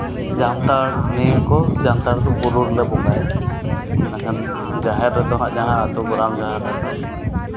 ᱡᱟᱱᱛᱷᱟᱲ ᱱᱤᱭᱟᱹ ᱠᱚ ᱡᱟᱱᱛᱷᱟᱲ ᱫᱚ ᱵᱩᱨᱩ ᱨᱮᱞᱮ ᱵᱚᱸᱜᱟᱭᱟ ᱮᱸᱰᱮᱠᱷᱟᱱ ᱡᱟᱦᱮᱨ ᱨᱮᱫᱚ ᱦᱟᱸᱜ ᱡᱟᱦᱟᱸ ᱟᱹᱛᱩ ᱜᱚᱨᱟᱢ ᱡᱟᱦᱮᱨ ᱨᱮᱫᱚ